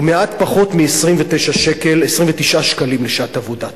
הוא מעט פחות מ-29 שקלים לשעת עבודה,